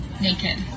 naked